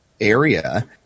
area